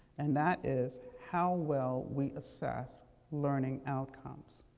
and that is how well we assess learning outcomes.